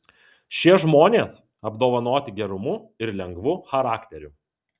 šie žmonės apdovanoti gerumu ir lengvu charakteriu